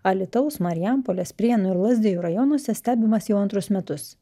alytaus marijampolės prienų ir lazdijų rajonuose stebimas jau antrus metus